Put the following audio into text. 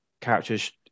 characters